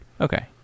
Okay